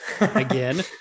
again